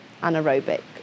anaerobic